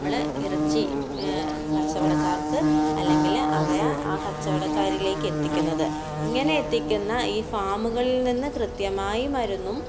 നമ്മൾ ഇറച്ചി കച്ചവടക്കാർക്ക് അല്ലെങ്കിൽ അവയെ ആ കച്ചവടക്കാരിലേക്ക് എത്തിക്കുന്നത് ഇങ്ങനെ എത്തിക്കുന്ന ഈ ഫാമുകളിൽ നിന്ന് കൃത്യമായി മരുന്നും